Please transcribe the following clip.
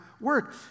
work